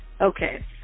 Okay